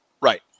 right